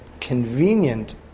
convenient